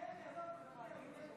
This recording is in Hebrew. אדוני היושב-ראש,